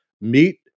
meet